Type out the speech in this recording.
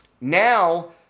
now